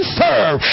serve